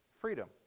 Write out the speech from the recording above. freedom